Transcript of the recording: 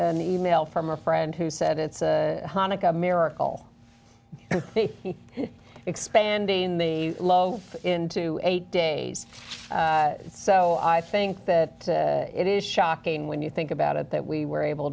n e mail from a friend who said it's a hanukkah miracle expanding the love in to eight days so i think that it is shocking when you think about it that we were able